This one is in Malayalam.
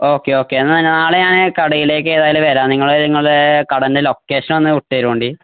ഓക്കെ ഓക്കെ എന്നാല് നാളെ ഞാന് കടയിലേക്ക് ഏതായാലും വരാം നിങ്ങള് നിങ്ങളുടെ കടയുടെ ലൊക്കേഷൻ ഒന്നിട്ടുതരുമോ ഇങ്ങോട്ട്